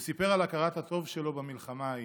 הוא סיפר על הכרת הטוב שלו במלחמה ההיא.